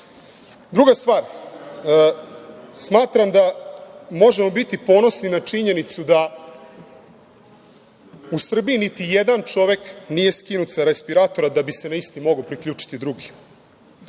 stvar, smatram da možemo biti ponosni na činjenicu da u Srbiji niti jedan čovek nije skinut sa respiratora da bi se na isti mogao priključiti drugi,